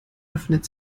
öffnet